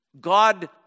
God